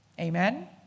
amen